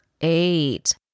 eight